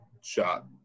shot